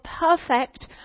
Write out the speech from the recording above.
perfect